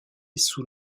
sous